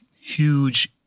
huge